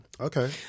Okay